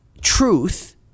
truth